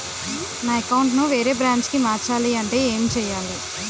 నా అకౌంట్ ను వేరే బ్రాంచ్ కి మార్చాలి అంటే ఎం చేయాలి?